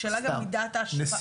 השאלה גם מידת ההשפעה.